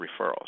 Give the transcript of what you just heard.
referrals